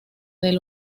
del